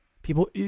People